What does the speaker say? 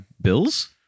bills